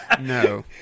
no